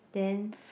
then